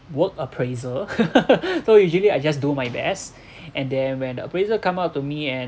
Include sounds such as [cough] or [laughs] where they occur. work appraisal [laughs] so usually I just do my best and then when the appraiser come up to me and